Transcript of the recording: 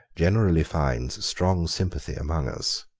generally finds strong sympathy among us.